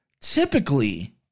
Typically